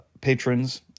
patrons